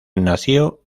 nació